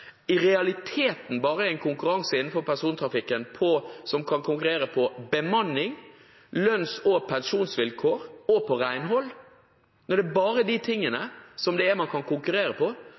i realiteten bare en konkurranse innenfor persontrafikken som kan konkurrere på bemanning, lønns- og pensjonsvilkår og på renhold – når det bare er de tingene man kan konkurrere på, så skjønner man jo at det må være nettopp på